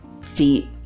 feet